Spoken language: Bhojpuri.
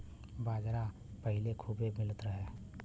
बाजरा पहिले खूबे मिलत रहे